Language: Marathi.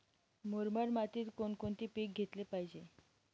मुरमाड मातीत कोणकोणते पीक घेतले पाहिजे?